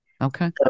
Okay